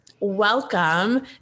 Welcome